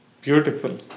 beautiful